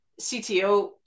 cto